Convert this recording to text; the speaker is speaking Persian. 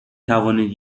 توانید